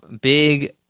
big